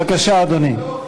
בבקשה, אדוני.